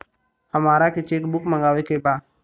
हमारा के cheque book मगावे के बा?